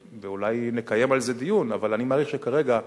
ואולי נקיים על זה דיון, אבל אני מעריך שכרגע,